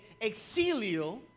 exilio